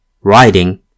riding